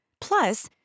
Plus